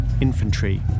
infantry